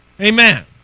Amen